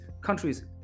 countries